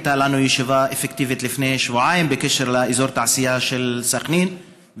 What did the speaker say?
הייתה לנו ישיבה אפקטיבית לפני שבועיים בקשר לאזור התעשייה של סח'נין,